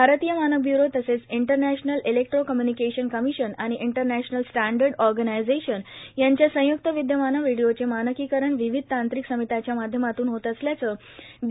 भारतीय मानक ब्यूरो तसेच इंटरनॅशनल इलेक्ट्रोकम्य्निकेशन कमिशन आणि इंटरनॅशनल स्टॅडंर्ड ऑर्गनायजेशन यांच्या संयुक्त विद्यमानं व्हिडीओचे मानकीकरण विविध तांत्रिक समित्याच्या माध्यमातून होत असल्याचं बी